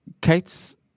Kate's